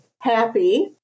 happy